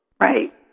Right